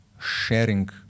sharing